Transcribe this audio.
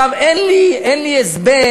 אין לי הסבר,